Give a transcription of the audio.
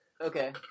Okay